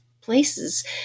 places